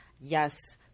yes